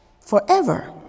forever